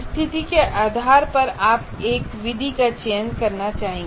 स्थिति के आधार पर आप एक विधि का चयन करना चाहेंगे